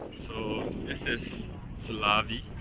so this is ce la vi.